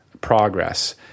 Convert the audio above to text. progress